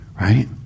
Right